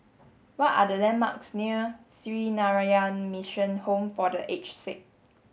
what are the landmarks near Sree Narayana Mission Home for The Aged Sick